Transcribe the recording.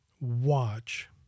watch